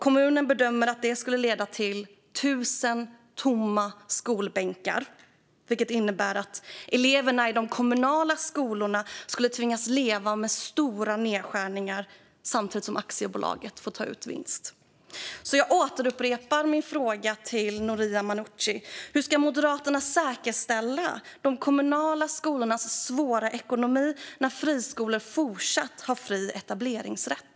Kommunen bedömer att detta skulle leda till 1 000 tomma skolbänkar, vilket skulle innebära att eleverna i de kommunala skolorna tvingas leva med stora nedskärningar samtidigt som aktiebolaget får ta ut vinst. Jag upprepar min fråga till Noria Manouchi: Vad ska Moderaterna göra när det gäller de kommunala skolornas svåra ekonomiska situation när friskolor fortsatt har fri etableringsrätt?